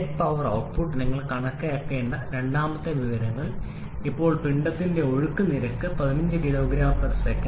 net power output നിങ്ങൾ കണക്കാക്കേണ്ട രണ്ടാമത്തെ വിവരങ്ങൾ ഇപ്പോൾ പിണ്ഡത്തിന്റെ ഒഴുക്ക് നിരക്ക് 15 kgs